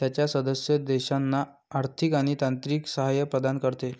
त्याच्या सदस्य देशांना आर्थिक आणि तांत्रिक सहाय्य प्रदान करते